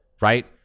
Right